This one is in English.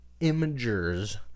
Imagers